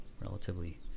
relatively